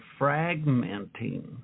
fragmenting